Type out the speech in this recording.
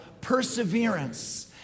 perseverance